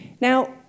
now